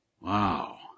Wow